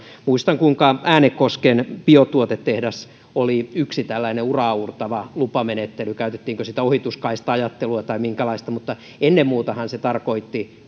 muistan kuinka äänekosken biotuotetehtaaseen liittyen oli yksi tällainen uraauurtava lupamenettely käytettiinkö siinä ohituskaista ajattelua vai minkälaista mutta ennen muutahan se tarkoitti